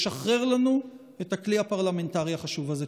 לשחרר לנו את הכלי הפרלמנטרי החשוב הזה.